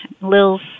Lil's